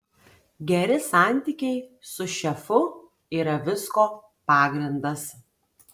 geri santykiai su šefu yra visko pagrindas